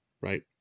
right